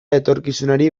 etorkizunari